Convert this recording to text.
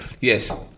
Yes